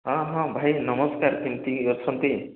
ହଁ ହଁ ଭାଇ ନମସ୍କାର କେମିତି ଅଛନ୍ତି